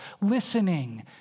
listening